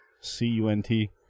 C-U-N-T